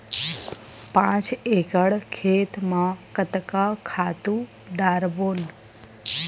पांच एकड़ खेत म कतका खातु डारबोन?